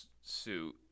suit